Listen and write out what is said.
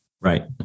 Right